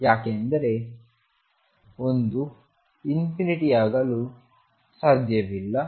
ಯಾಕೆಂದರೆ I infinity ಆಗಲು ಸಾಧ್ಯವಿಲ್ಲ